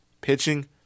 Pitching